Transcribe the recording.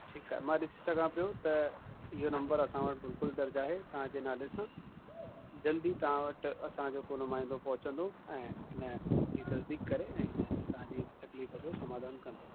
ठीकु आहे मां ॾिसी सघां पियो त इहो नम्बर असां वटि बिल्कुलु दर्ज़ु आहे तव्हांजे नाले सा जल्दी तव्हां वटि असांजो को नुमाईंदो पहुचंदो ऐं हिन जी तरजीफ़ करे ऐं हिन तव्हांजी तकलीफ़ जो समाधान कंदो